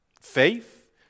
faith